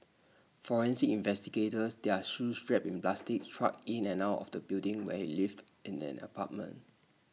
forensic investigators their shoes wrapped in plastic trudged in and out of the building where lived in an apartment